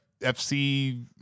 FC